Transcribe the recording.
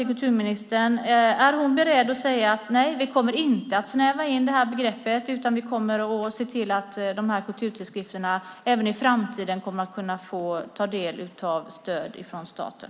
Är kulturministern beredd att säga: Nej, vi kommer inte att snäva in begreppet. Vi kommer att se till att kulturtidskrifterna även i framtiden kan få ta del av stöd från staten.